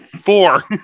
Four